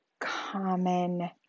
common